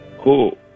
Cool